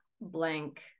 blank